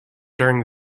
during